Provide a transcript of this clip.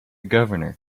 governor